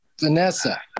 Vanessa